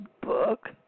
book